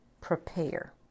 prepare